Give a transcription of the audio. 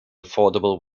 affordable